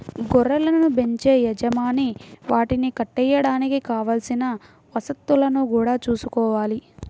గొర్రెలను బెంచే యజమాని వాటిని కట్టేయడానికి కావలసిన వసతులను గూడా చూసుకోవాలి